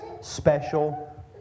special